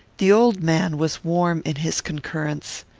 the old man was warm in his concurrence.